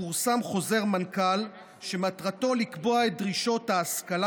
פורסם חוזר מנכ"ל שמטרתו לקבוע את דרישות ההשכלה